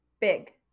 big